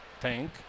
tank